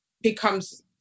becomes